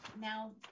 now